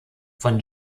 von